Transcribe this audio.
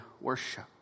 worship